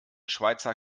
schweizer